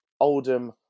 Oldham